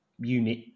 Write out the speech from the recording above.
unit